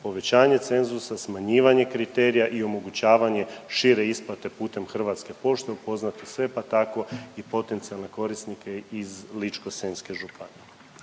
povećanje cenzusa, smanjivanje kriterija i omogućavanje šire isplate putem Hrvatske pošte, upoznati sve, pa tako i potencijalne korisnike iz Ličko-senjske županije.